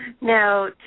Now